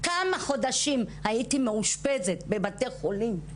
כמה חודשים הייתי מאושפזת בבתי חולים.